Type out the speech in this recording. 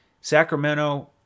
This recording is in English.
Sacramento